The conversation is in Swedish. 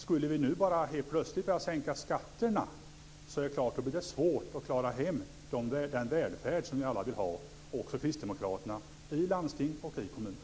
Skulle vi nu helt plötsligt sänka skatterna är det svårt att klara hem den välfärd som vi alla vill ha också för kristdemokraterna i landsting och kommuner.